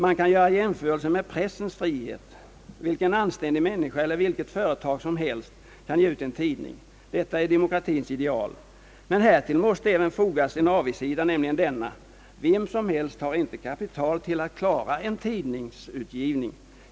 Man kan göra jämförelse med pressens frihet. Vilken anständig människa eller vilket företag som helst kan ge ut en tidning. Detta är demokratiens ideal. Men härtill måste även fogas en avigsida, nämligen denna: Vem som helst har inte kapital till att klara en tidningsutgivning.